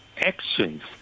actions